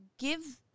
Give